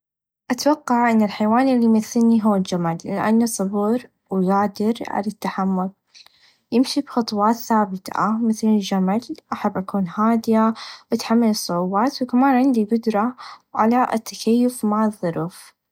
أتوقع إن الحيوان إلي يمثلني هو الچمل لأنه صبور و قادر على التحمل يمشي بخطوات ثابته مثل الچمل أحب أكون هاديه و تحمل الصعوبات و كمان عندي القدره على التكيف مع الظروف.